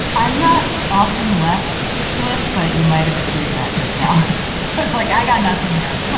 i'm not often left speechless, but you might have achieved that just now. i was like, i got nothing here. but